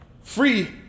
Free